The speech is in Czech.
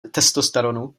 testosteronu